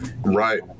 Right